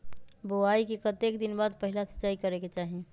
बोआई के कतेक दिन बाद पहिला सिंचाई करे के चाही?